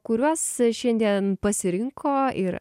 kuriuos šiandien pasirinko ir